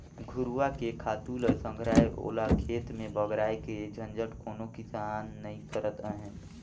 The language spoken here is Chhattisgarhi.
घुरूवा के खातू ल संघराय ओला खेत में बगराय के झंझट कोनो किसान नइ करत अंहे